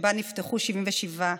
שבה נפתחו 77 תיקים.